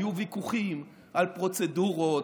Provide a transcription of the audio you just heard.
היו ויכוחים על פרוצדורות,